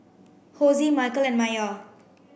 Hosie Micheal and Maia